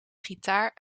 gitaar